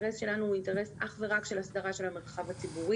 הוא אינטרס אך ורק של הסדרה של המרחב הציבורי.